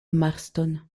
marston